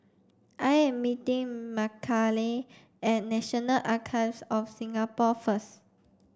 I am meeting Makayla at National Archives of Singapore first